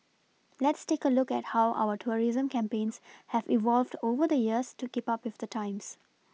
let's take a look at how our tourism campaigns have evolved over the years to keep up with the times